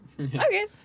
okay